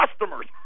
customers